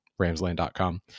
ramsland.com